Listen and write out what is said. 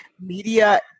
Media